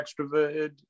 extroverted